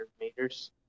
meters